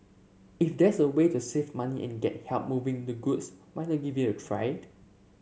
if there's a way to save money and get help moving the goods why not give it a tried